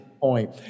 point